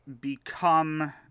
become